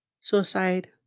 suicide